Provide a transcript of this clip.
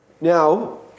Now